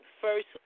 First